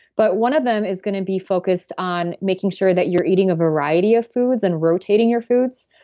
but one of them is going to be focused on making sure that you're eating a variety of foods and rotating your foods.